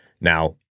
Now